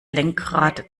lenkrad